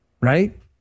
right